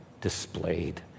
displayed